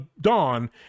dawn